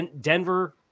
Denver